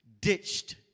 ditched